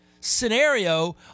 scenario